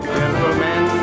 gentlemen